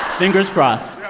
fingers crossed.